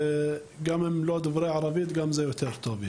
אם הם לא דוברי ערבית, גם זה יותר טוב יהיה.